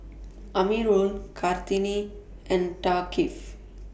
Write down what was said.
Amirul Kartini and Thaqif